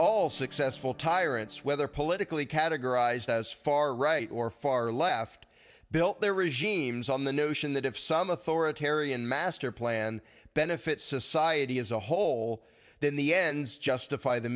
all successful tyrants whether politically categorized as far right or far left built their regimes on the notion that if some authoritarian master plan benefits society as a whole then the ends justify the